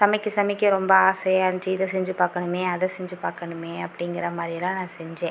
சமைக்க சமைக்க ரொம்ப ஆசையாருந்துச்சு இதை செஞ்சு பார்க்கணுமே அதை செஞ்சு பார்க்கணுமே அப்படிங்குற மாதிரிலா நான் செஞ்சேன்